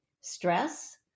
stress